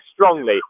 strongly